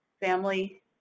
family